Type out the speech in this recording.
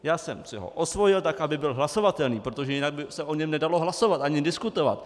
Já jsem si ho osvojil, tak aby byl hlasovatelný, protože jinak by se o něm nedalo hlasovat ani diskutovat.